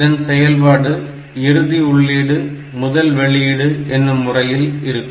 இதன் செயல்பாடு இறுதி உள்ளீடு முதல் வெளியீடு எனும் முறையில் இருக்கும்